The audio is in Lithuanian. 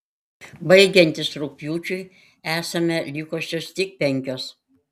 baigiantis rugpjūčiui esame likusios tik penkios